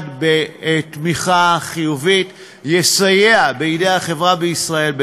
בתמיכה חיובית יסייע בידי החברה בישראל,